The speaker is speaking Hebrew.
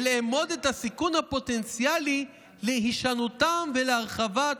ולאמוד את הסיכון הפוטנציאלי להישנותם ולהרחבת ממדיהם".